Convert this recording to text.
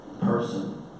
person